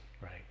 Right